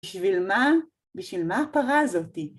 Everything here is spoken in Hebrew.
בשביל מה? בשביל מה פרז אותי?